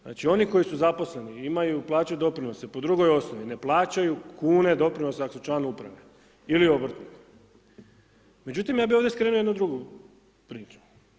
Znači oni koji su zaposleni i imaju plaćat doprinose po drugoj osnovi ne plaćaju kune doprinosa ako su član uprave ili ... Međutim, ja bih ovdje skrenuo jednu drugu priču.